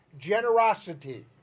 generosity